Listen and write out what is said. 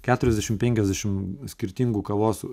keturiasdešimt penkiasdešimt skirtingų kavos